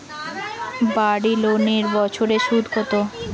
বাড়ি লোনের বছরে সুদ কত?